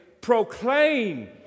proclaim